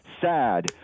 sad